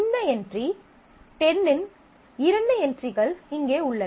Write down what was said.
இந்த என்ட்ரி 10 இன் இரண்டு என்ட்ரிகள் இங்கே உள்ளன